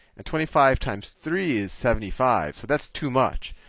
and twenty five times three is seventy five. so that's too much.